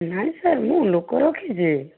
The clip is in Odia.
ନାଇଁ ସାର୍ ମୁଁ ଲୋକ ରଖିଛି